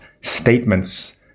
statements